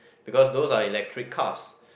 because those are electric cars